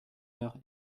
heure